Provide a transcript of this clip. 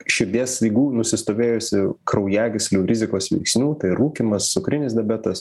širdies ligų nusistovėjusių kraujagyslių rizikos veiksnių tai rūkymas cukrinis diabetas